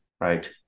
right